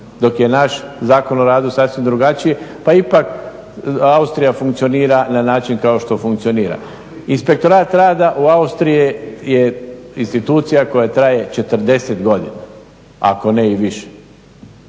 Dok je naš Zakon o radu sasvim drugačiji, pa ipak Austrija funkcionira na način kao što funkcionira. Inspektorat rada u Austriji je institucija koja traje 40 godina ako ne i više.